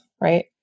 right